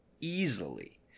easily